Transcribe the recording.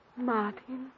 Martin